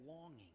longing